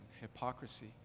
hypocrisy